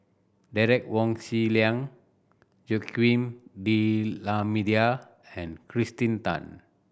Derek Wong Zi Liang Joaquim D'Almeida and Kirsten Tan